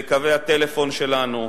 בקווי הטלפון שלנו,